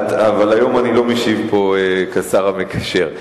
אבל היום אני לא משיב פה כשר המקשר.